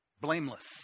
blameless